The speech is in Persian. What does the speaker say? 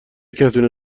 کتونی